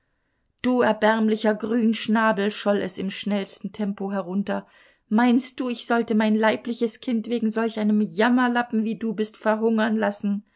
du erbärmlicher grünschnabel scholl es im schnellsten tempo herunter meinst du ich sollte mein leibliches kind wegen solch einem jammerlappen wie du bist verhungern lassen